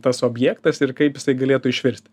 tas objektas ir kaip jisai galėtų išvirst